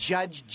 Judge